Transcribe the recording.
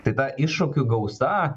tai ta iššūkių gausa